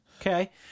Okay